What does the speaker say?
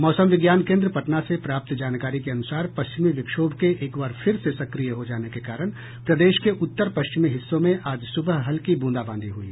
मौसम विज्ञान केन्द्र पटना से प्राप्त जानकारी के अनुसार पश्चिमी विक्षोभ के एक बार फिर से सक्रिय हो जाने के कारण प्रदेश के उत्तर पश्चिमी हिस्सों में आज सुबह हल्की ब्रंदाबांदी हुई